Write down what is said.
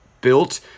built –